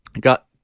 got